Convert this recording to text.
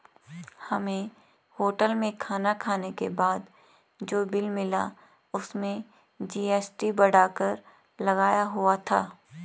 हमें होटल में खाना खाने के बाद जो बिल मिला उसमें जी.एस.टी बढ़ाकर लगाया हुआ था